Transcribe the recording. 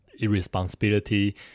irresponsibility